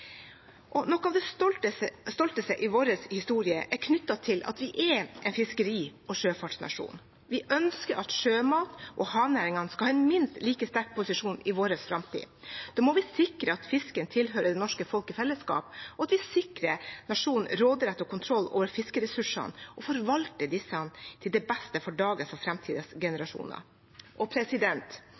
Noe av det stolteste i vår historie er knyttet til at vi er en fiskeri- og sjøfartsnasjon. Vi ønsker at sjømat- og havnæringene skal ha en minst like sterk posisjon i framtiden vår. Da må vi sikre at fisken tilhører det norske folket i fellesskap, og at nasjonen har råderett og kontroll over fiskeressursene og forvalter disse til beste for dagens og framtidens generasjoner.